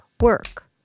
work